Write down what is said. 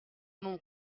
mon